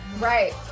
right